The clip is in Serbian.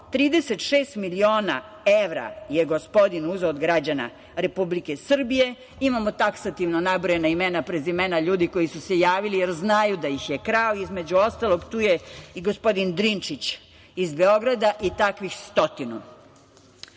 36 miliona evra, je gospodin uzeo od građana Republike Srbije, imamo taksativno nabrojana imena, prezimena ljudi koji su se javili jer znaju da ih je krao, između ostalog, tu je i gospodin Drinčić iz Beograda i takvih stotinu.S